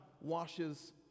washes